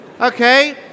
Okay